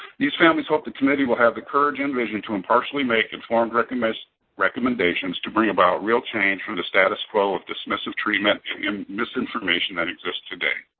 these families hope the committee will have the courage and vision to impartially make informed recommendations recommendations to bring about real change from the status quo of dismissive treatment and misinformation that exists today.